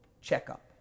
checkup